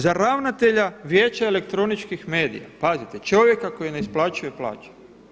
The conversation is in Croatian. Za ravnatelja Vijeća elektroničkih medija, pazite čovjeka koji ne isplaćuje plaću.